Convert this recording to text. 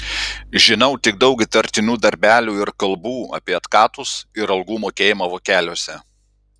žinau tik daug įtartinų darbelių ir kalbų apie atkatus ir algų mokėjimą vokeliuose